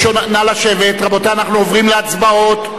נא לשבת, אנחנו עוברים להצבעות.